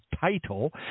title